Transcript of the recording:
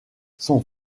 son